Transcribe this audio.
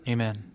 Amen